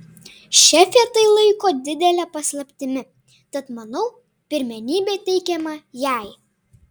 šefė tai laiko didele paslaptimi tad manau pirmenybė teikiama jai